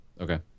Okay